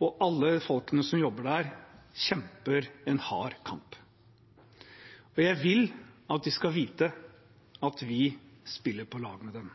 og alle som jobber der, kjemper en hard kamp. Jeg vil at de skal vite at vi spiller på lag med dem.